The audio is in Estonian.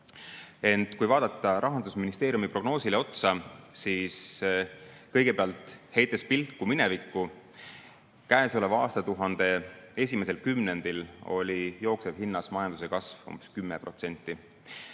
kui vaadata Rahandusministeeriumi prognoosile otsa, siis kõigepealt, heites pilku minevikku, võib öelda, et käesoleva aastatuhande esimesel kümnendil oli jooksevhindades majanduse kasv umbes 10%.